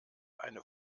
eine